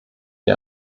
die